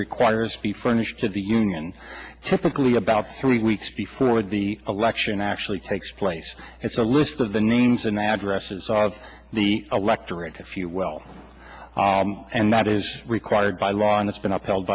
requires be furnished to the union typically about three weeks before the election actually takes place it's a list of the names and addresses of the electorate if you well and that is required by law and it's been upheld